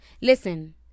Listen